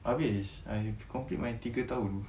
habis I have complete my tiga tahun